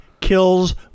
Kills